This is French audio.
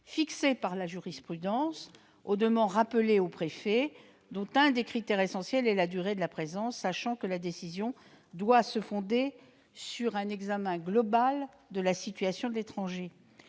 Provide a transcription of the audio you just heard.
fixées par la jurisprudence, au demeurant rappelées au préfet. L'un des critères essentiels est la durée de la présence sur le territoire, sachant que la décision doit se fonder sur un examen global de la situation de l'étranger.